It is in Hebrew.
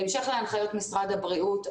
בהמשך להנחיות משרד הבריאות,